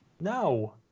No